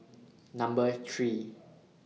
Number three